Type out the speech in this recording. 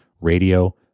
radio